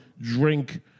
drink